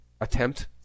attempt